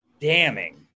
damning